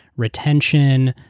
retention,